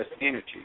energy